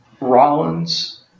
Rollins